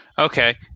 Okay